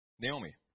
Naomi